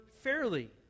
fairly